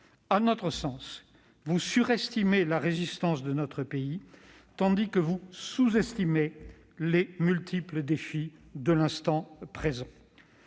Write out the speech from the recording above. À notre sens, vous surestimez la résistance de notre pays, tandis que vous sous-estimez les multiples défis de l'instant présent.